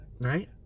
right